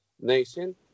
nation